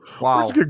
wow